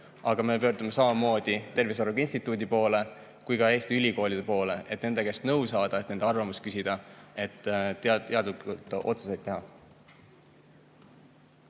aga me pöördume samamoodi Tervise Arengu Instituudi poole ja ka Eesti ülikoolide poole, et nende käest nõu saada, nende arvamust küsida, et teatud otsuseid teha.